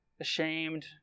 ashamed